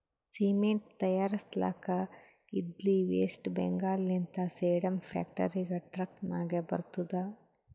cement ತೈಯಾರ್ಸ್ಲಕ್ ಇದ್ಲಿ west Bengal ಲಿಂತ ಸೇಡಂ ಫ್ಯಾಕ್ಟರಿಗ ಟ್ರಕ್ ನಾಗೆ ಬರ್ತುದ್